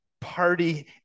party